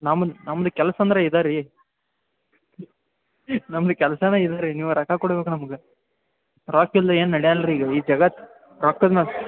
ನಮ್ದು ನಮ್ದು ಕೆಲ್ಸ ಅಂದ್ರೆ ಇದೇ ರೀ ನಮ್ದು ಕೆಲ್ಸನೇ ಇದು ರೀ ನೀವು ರೊಕ್ಕ ಕೊಡ್ಬೇಕು ನಮ್ಗೆ ರೊಕ್ಕ ಇಲ್ದೇ ಏನೂ ನಡ್ಯಲ್ಲ ರೀ ಈ ಜಗತ್ತು ರೊಕ್ಕದ ಮ್ಯಾಲ್